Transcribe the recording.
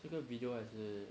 是个 video 还是